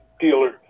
dealer